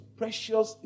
precious